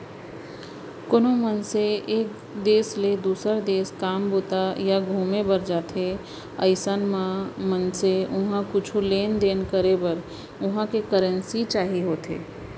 कोनो मनसे एक देस ले दुसर देस काम बूता या घुमे बर जाथे अइसन म मनसे उहाँ कुछु लेन देन करे बर उहां के करेंसी चाही होथे